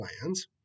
plans